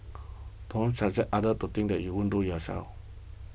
don't subject others to things that you wouldn't do yourself